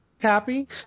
happy